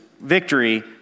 victory